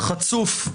חצוף.